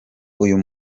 uyu